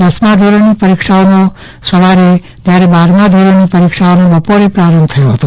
દસમા ધોરણીની પરીક્ષાનો સવારે જ્યારે બારમાંધોરણીનીપ રીક્ષાનો બપોરે પ્રારંભ થયો હતો